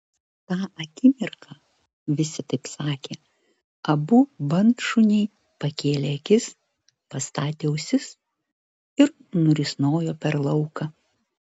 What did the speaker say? tą akimirką visi taip sakė abu bandšuniai pakėlė akis pastatė ausis ir nurisnojo per lauką